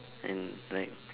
and like